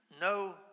no